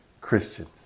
christians